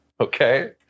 Okay